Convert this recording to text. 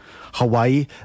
hawaii